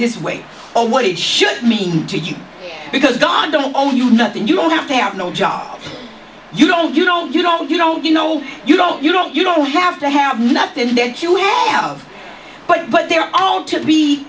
this way or what it should mean to you because god don't own you nothing you don't have to have no job you don't you don't you don't you don't you know you don't you don't you don't have to have nothing to have but but they're all to